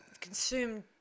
consumed